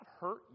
hurt